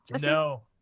No